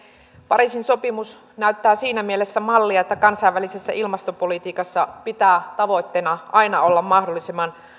pariisin sopimus näyttää siinä mielessä mallia että kansainvälisessä ilmastopolitiikassa pitää tavoitteena aina olla mahdollisimman